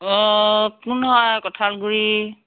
অ কোন হয় কঠালগুড়ি